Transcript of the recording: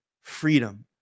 freedom